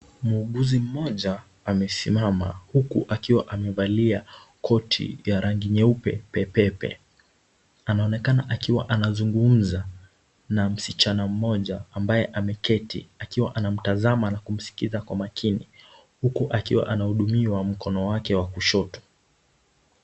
Muuguzi mmoja amesimama huku akiwa amevalia koti ya rangi nyeupe, pepepe. Anaonekana akiwa anazungumza na msichana mmoja ambaye ameketi. Akiwa anamtazama na kumsikiza kwa makini huku akiwa anahudumiwa mkono wake wa kushoto.